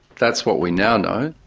that's what we now know,